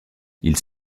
ils